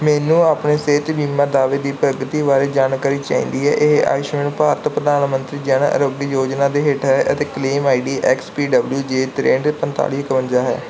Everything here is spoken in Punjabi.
ਮੈਨੂੰ ਆਪਣੇ ਸਿਹਤ ਬੀਮਾ ਦਾਅਵੇ ਦੀ ਪ੍ਰਗਤੀ ਬਾਰੇ ਜਾਣਕਾਰੀ ਚਾਹੀਦੀ ਹੈ ਇਹ ਆਯੁਸ਼ਮਾਨ ਭਾਰਤ ਪ੍ਰਧਾਨ ਮੰਤਰੀ ਜਨ ਆਰੋਗਯ ਯੋਜਨਾ ਦੇ ਹੇਠਾਂ ਹੈ ਅਤੇ claim I D X P W J ਤ੍ਰੇਹਠ ਪੰਤਾਲੀ ਇਕਵੰਜਾ ਹੈ